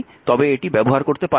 তবে এটি ব্যবহার করতে পারি না